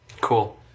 cool